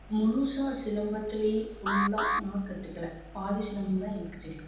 முழுசா சிலம்பத்திலே ஃபுல்லாக நான் கற்றுக்கல பாதி சிலம்பம்தான் எனக்கு தெரியும்